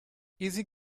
easy